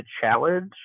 challenge